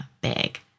big